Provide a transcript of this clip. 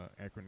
acronym